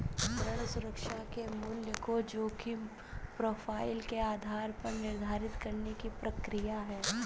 ऋण सुरक्षा के मूल्य को जोखिम प्रोफ़ाइल के आधार पर निर्धारित करने की प्रक्रिया है